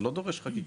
זה לא דורש חקיקה.